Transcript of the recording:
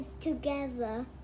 together